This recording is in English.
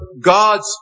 God's